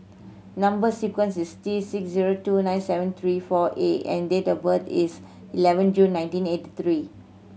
number sequence is T six zero two nine seven three four A and date of birth is eleven June nineteen eighty three